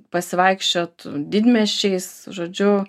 pasivaikščiot didmiesčiais žodžiu